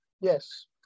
Yes